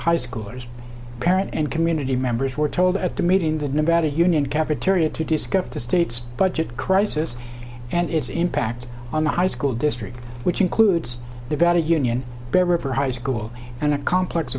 high schoolers parent and community members were told at the meeting in the nevada union cafeteria to discuss the state's budget crisis and its impact on the high school district which includes nevada union bear river high school and a complex